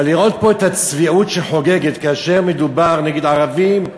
אבל לראות פה את הצביעות שחוגגת כאשר מדובר נגד ערבים,